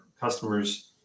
customers